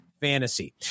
fantasy